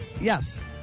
yes